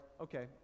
okay